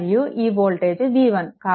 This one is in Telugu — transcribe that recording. మరియు ఈ వోల్టేజ్ v1